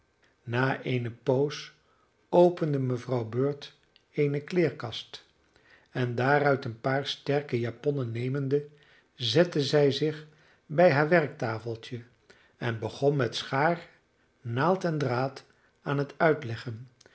na eene poos opende mevrouw bird eene kleerkast en daaruit een paar sterke japonnen nemende zette zij zich bij haar werktafeltje en begon met schaar naald en draad aan het uitleggen